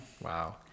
Wow